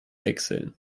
wechseln